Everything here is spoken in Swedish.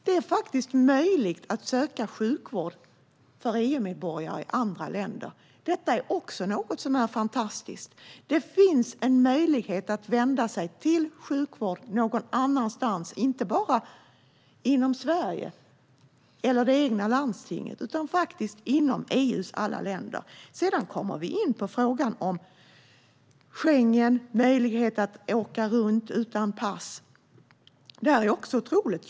Det är faktiskt möjligt för EU-medborgare att söka sjukvård i andra länder. Också detta är fantastiskt. Det finns möjlighet att vända sig till sjukvård någon annanstans och inte bara inom Sverige och det egna landstinget utan inom EU:s alla länder. Låt mig sedan komma in på frågan om Schengen och möjligheten att resa runt utan pass. Detta är också otroligt.